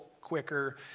quicker